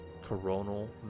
coronal